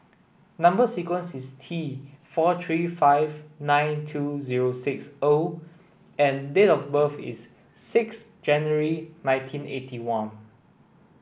number sequence is T four three five nine two zero six O and date of birth is six January nineteen eighty one